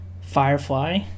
Firefly